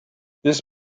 this